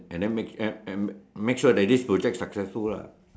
and then make and and make sure that this project successful ah